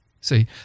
see